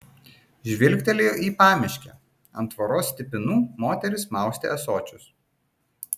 žvilgtelėjo į pamiškę ant tvoros stipinų moteris maustė ąsočius